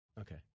Okay